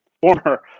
former